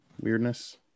weirdness